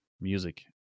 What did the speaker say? music